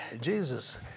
Jesus